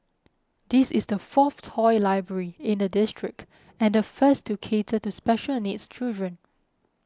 this is the fourth toy library in the district and the first to cater to special needs children